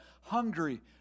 hungry